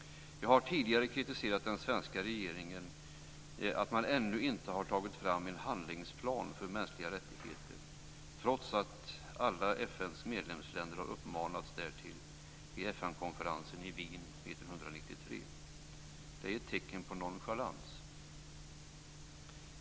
Jag har tidigare kritiserat att den svenska regeringen ännu inte har tagit fram en handlingsplan för mänskliga rättigheter, trots att alla FN:s medlemsländer har uppmanats därtill vid FN-konferensen i Wien 1993. Det är ett tecken på nonchalans.